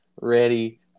ready